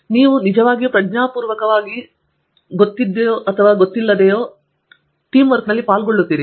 ನೀವು ನಿಜವಾಗಿಯೂ ಪ್ರಜ್ಞಾಪೂರ್ವಕವಾಗಿ ಅಥವಾ ಅರಿವಿಲ್ಲದೆ ಟೀಮ್ವರ್ಕ್ನಲ್ಲಿ ಪಾಲ್ಗೊಳ್ಳುತ್ತೀರಿ